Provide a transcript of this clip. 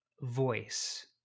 voice